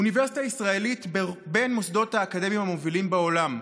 אוניברסיטה ישראלית בין המוסדות האקדמיים המובילים בעולם,